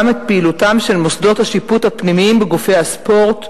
את פעילותם של מוסדות השיפוט הפנימיים בגופי הספורט,